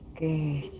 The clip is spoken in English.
the